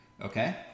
Okay